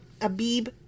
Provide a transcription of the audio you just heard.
Abib